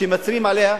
שמצהירים עליה,